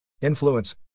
Influence